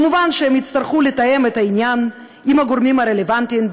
כמובן שהם יצטרכו לתאם את העניין עם הגורמים הרלוונטיים,